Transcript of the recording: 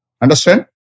Understand